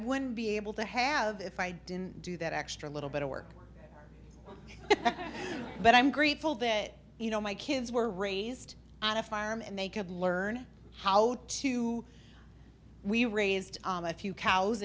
wouldn't be able to have if i didn't do that extra little bit of work but i'm grateful that you know my kids were raised on a farm and they could learn how to we raised a few cows